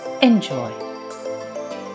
enjoy